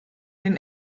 den